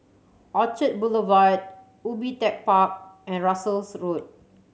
Orchard Boulevard Ubi Tech Park and Russels Road